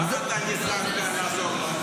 למה אתה --- לעזור לו?